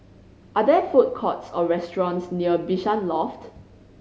are there food courts or restaurants near Bishan Loft